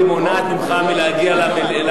האם חברת הכנסת חוטובלי מונעת ממך להגיע לדוכן?